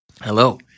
Hello